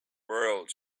world